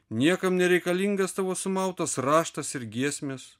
niekam nereikalingas tavo sumautas raštas ir giesmės